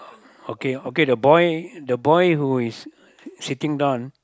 okay okay the boy the boy who is sitting down